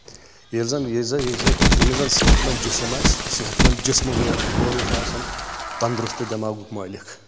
ییٚلہِ زَن ییٚلہِ زَن ییٚمِس زَن صحت منٛز جِسم آسہِ صحت منٛز جسمہٕ وٲلۍ وولُے چھُ آسان تنٛدرُستہٕ دؠماغُک مٲلک